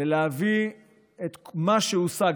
ולהביא את מה שהושג,